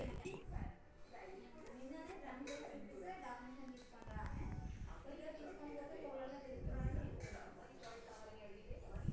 ರೈತರ ಕೈಗೆ ನಂತರ ಯಾವ ರೇತಿ ಒಕ್ಕಣೆ ಮಾಡ್ತಾರೆ ಅಂತ ನಿಮಗೆ ಗೊತ್ತೇನ್ರಿ?